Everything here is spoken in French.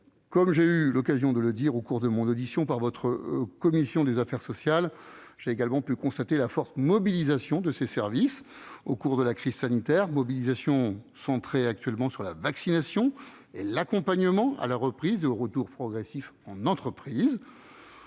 Comme j'ai eu l'occasion de le dire au cours de mon audition par votre commission des affaires sociales, j'ai également pu constater la forte mobilisation de ces services au cours de la crise sanitaire, mobilisation centrée actuellement sur la vaccination et l'accompagnement à la reprise et au retour progressif en entreprise.